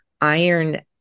iron